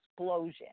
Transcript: explosion